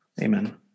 Amen